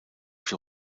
für